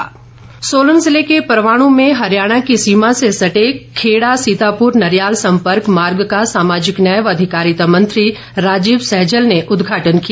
सैजल सोलन जिले के परवाणु में हरियाणा की सीमा से सटे खेड़ा सीतापुर नरयाल सम्पर्क मार्ग का सामाजिक न्याय व अधिकारिता मंत्री राजीव सैजल ने उदघाटन किया